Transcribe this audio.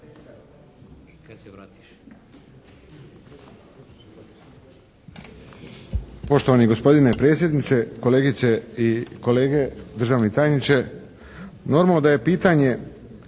Kad se vratimo